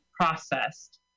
processed